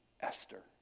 Esther